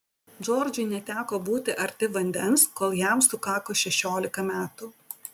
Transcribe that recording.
džordžui neteko būti arti vandens kol jam sukako šešiolika metų